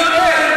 אני לא טועה,